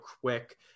quick